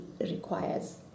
requires